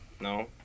No